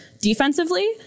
defensively